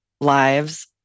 lives